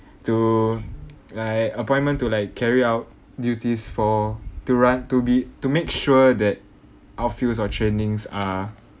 to like appointment to like carry out duties for to run to be to make sure that our fields or trainings are